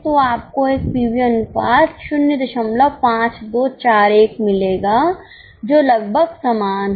तो आपको एक पीवी अनुपात 05241 मिलेगा जो लगभग समान है